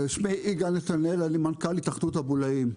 אני מנכ"ל התאחדות הבולאים.